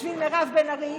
בשביל מירב בן ארי,